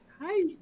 hi